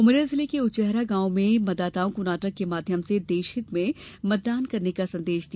उमरिया जिले के उचेहरा ग्राम में मतदाताओं को नाटक के माध्यम से देशहित मे मतदान करने का संदेश दिया